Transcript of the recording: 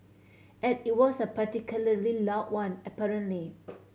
and it was a particularly loud one apparently